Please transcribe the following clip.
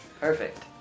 Perfect